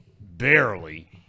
barely